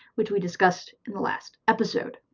which we discussed in the last episode.